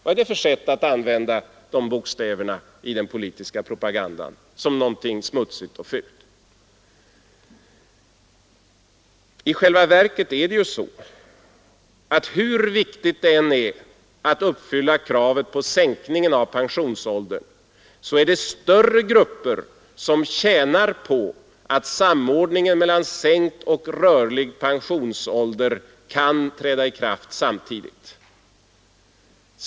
Vad är det för sätt att använda dessa bokstäver i den politiska propagandan som någonting smutsigt och fult! Hur viktigt det än är att uppfylla kravet på sänkning av pensionsåldern är det större grupper som tjänar på att samordningen mellan sänkt och rörlig pensionsålder kan träda i kraft samtidigt.